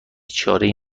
چارهای